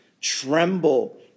Tremble